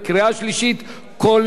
כולל לוח התיקונים,